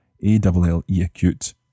A-double-L-E-acute